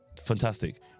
fantastic